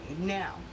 Now